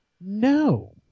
No